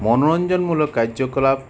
মনোৰঞ্জনমূলক কাৰ্য্যকলাপ